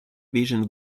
vision